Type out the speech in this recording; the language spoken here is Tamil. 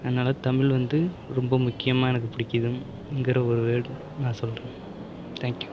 அதனால தமிழ் வந்து ரொம்ப முக்கியமாக எனக்கு புடிக்கிதுங்கிற ஒரு வேர்டு நான் சொல்கிறேன் தேங்க்யூ